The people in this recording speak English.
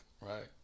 right